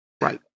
Right